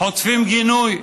חוטפים גינוי.